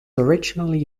originally